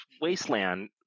wasteland